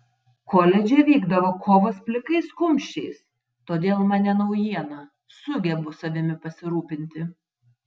koledže vykdavo kovos plikais kumščiais todėl man ne naujiena sugebu savimi pasirūpinti